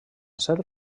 ser